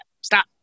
stop